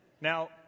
Now